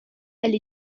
elle